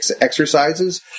exercises